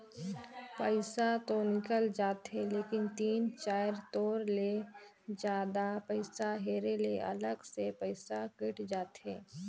पइसा तो निकल जाथे लेकिन तीन चाएर तोर ले जादा पइसा हेरे ले अलग से पइसा कइट जाथे